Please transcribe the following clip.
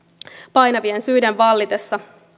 painavien syiden vallitessa